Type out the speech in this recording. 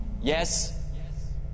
yes